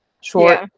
short